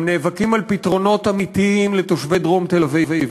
הם נאבקים על פתרונות אמיתיים לתושבי דרום תל-אביב,